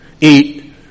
eat